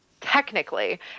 technically